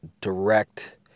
direct